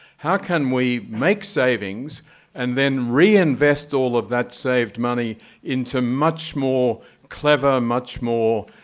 how can we make savings and then reinvest all of that saved money into much more clever, much more,